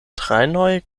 trajnoj